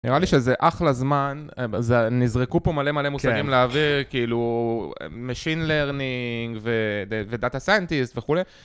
נראה לי שזה אחלה זמן, נזרקו פה מלא מלא מושגים לאוויר, כאילו Machine Learning וData Scientist וכולי.